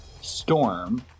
storm